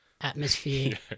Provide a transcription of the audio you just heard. atmosphere